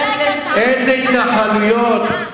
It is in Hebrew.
איזה התנחלויות?